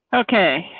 okay,